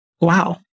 wow